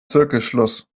zirkelschluss